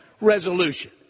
resolution